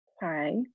Hi